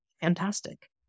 fantastic